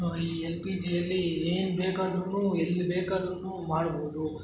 ಈ ಎಲ್ ಪಿ ಜಿಯಲ್ಲಿ ಏನು ಬೇಕಾದರೂ ಎಲ್ಲಿ ಬೇಕಾದರೂ ಮಾಡ್ಬೌದು